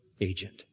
agent